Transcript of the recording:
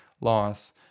loss